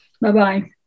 bye-bye